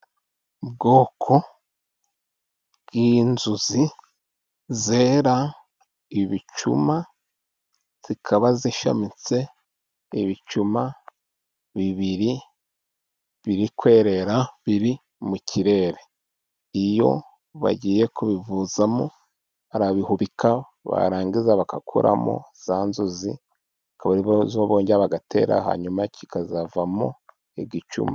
Ubwoko bw'inzuzi zera ibicuma zikaba zishamitse ibicuma bibiri birikwerera biri mu kirere, iyo bagiye kubivuzamo barabihubika barangiza bagakuramo za nzuzi, akaba arizo bongera bagatera hanyuma ki kazavamo igicuma.